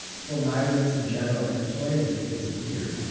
for migrants in general, employment has disappeared.